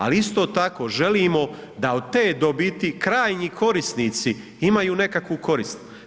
Ali isto tako želimo da od te dobiti krajnji korisnici imaju nekakvu korist.